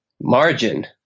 margin